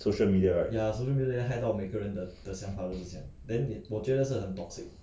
social media right